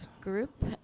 group